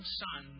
son